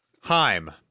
Heim